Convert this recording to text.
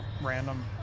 random